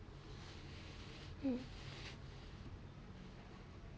um